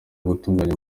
gutunganya